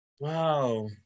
Wow